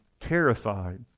terrified